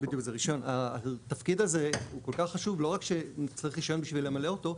לא רק שצריך רישיון בשביל למלא אותו,